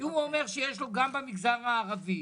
הוא אומר שיש לו גם במגזר הערבי,